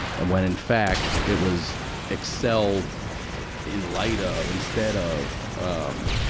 and, when in fact, it was excel in light of, instead of. um,